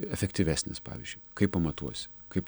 efektyvesnis pavyzdžiui kaip pamatuosi kaip